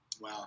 Wow